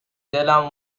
دلم